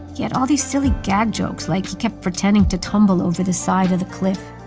he had all these silly gag jokes, like he kept pretending to tumble over the side of the cliff.